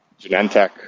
Genentech